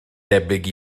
debyg